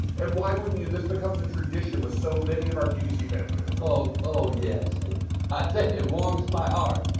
and why wouldn't you. this becomes a tradition with so many of our qvc family members. oh oh yes. and ah it warms my heart.